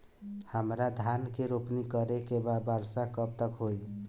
हमरा धान के रोपनी करे के बा वर्षा कब तक होई?